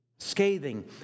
Scathing